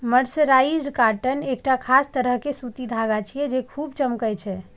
mercerised cotton एकटा खास तरह के सूती धागा छियै, जे खूब चमकै छै